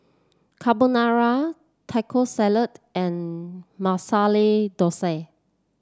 Carbonara Taco Salad and Masala Dosa